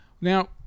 Now